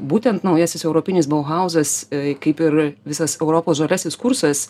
būtent naujasis europinis bauhauzas kaip ir visas europos žaliasis kursas